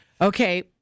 Okay